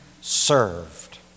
served